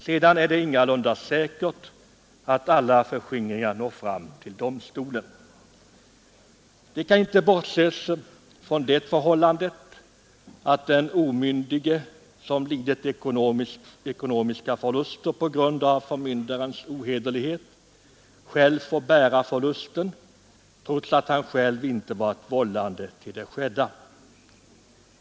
Sedan är det ingalunda säkert att alla förskingringar når fram till domstolen. Det kan inte bortses från det förhållandet att den omyndige som lidit ekonomiska förluster på grund av förmyndarens ohederlighet själv får bära förlusten, trots att han själv inte varit vållande till det skedda.